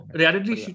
reality